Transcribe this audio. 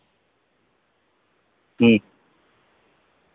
ᱦᱩᱸ